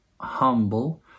humble